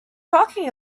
talking